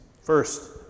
first